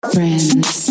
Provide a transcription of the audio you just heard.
Friends